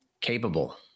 capable